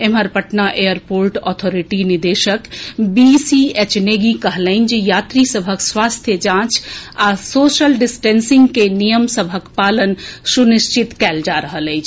एम्हर पटना एयरपोर्ट अथॉरिटीक निदेशक बी सी एच नेगी कहलनि जे यात्री सभक स्वास्थ्य जांच आ सोशल डिस्टेंसिंग के नियम सभक पालन सुनिश्चित कएल जा रहल अछि